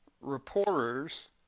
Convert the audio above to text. reporters